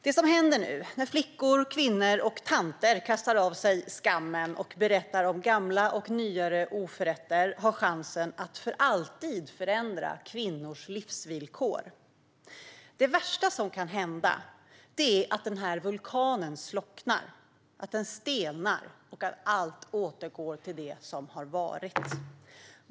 Det som händer nu när flickor, kvinnor och tanter kastar av sig skammen och berättar om gamla och nyare oförrätter har chansen att för alltid förändra kvinnors livsvillkor. Det värsta som kan hända är att vulkanen slocknar, att den stelnar och att allt återgår till det som har varit.